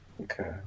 Okay